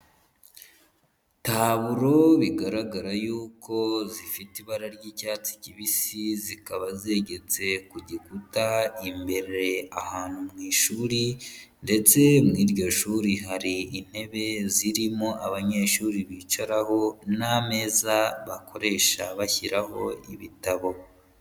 Taburo bigaragara yuko zifite ibara ry'icyatsi kibisi zikaba zegeze ku gikuta imbere ahantu mu ishuri ndetse muri iryo shuri hari intebe zirimo abanyeshuri bicaraho n'ameza bakoresha bashyiraho ibitabo.